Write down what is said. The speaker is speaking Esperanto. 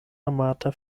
amata